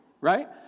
right